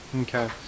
okay